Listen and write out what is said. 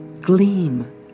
gleam